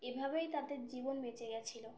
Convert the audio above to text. এভাবেই তাদের জীবন বেঁচে গিয়েছিল